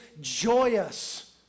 joyous